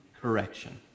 correction